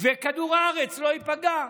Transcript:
וכדור הארץ לא ייפגע.